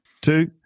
Two